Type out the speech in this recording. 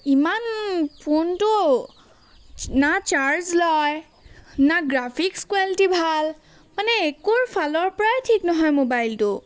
ইমান ফোনটো না চাৰ্জ লয় না গ্ৰাফিক্স কুৱালিটি ভাল মানে একোৰ ফালৰ পৰাই ঠিক নহয় মোবাইলটো